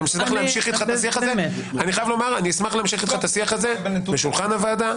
אני אשמח להמשיך איתך את השיח הזה בשולחן הוועדה,